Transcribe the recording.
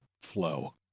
flow